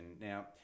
Now